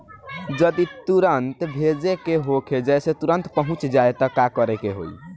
जदि तुरन्त भेजे के होखे जैसे तुरंत पहुँच जाए त का करे के होई?